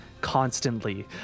constantly